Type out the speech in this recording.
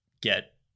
get